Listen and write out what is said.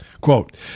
Quote